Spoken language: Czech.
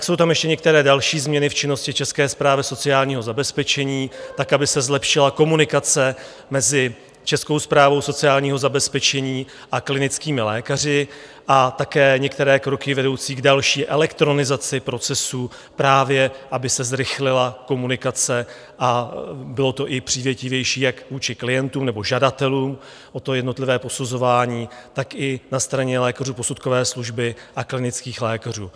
Jsou tam i některé další změny v činnosti České správy sociálního zabezpečení, tak aby se zlepšila komunikace mezi Českou správou sociálního zabezpečení a klinickými lékaři, a také některé kroky vedoucí k další elektronizaci procesu, právě aby se zrychlila komunikace a bylo to i přívětivější jak vůči klientům nebo žadatelům o to jednotlivé posuzování, tak i na straně lékařů posudkové služby a klinických lékařů.